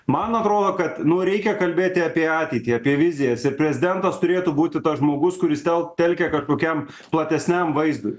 man atrodo kad nu reikia kalbėti apie ateitį apie vizijas ir prezidentas turėtų būti tas žmogus kuris tel telkia kažkokiam platesniam vaizdui